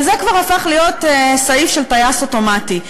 וזה כבר הפך להיות סעיף של טייס אוטומטי.